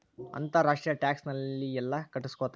ಅಂತರ್ ರಾಷ್ಟ್ರೇಯ ಟ್ಯಾಕ್ಸ್ ನ ಯೆಲ್ಲಿ ಕಟ್ಟಸ್ಕೊತಾರ್?